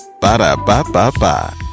Ba-da-ba-ba-ba